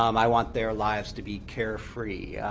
um i want their lives to be carefree.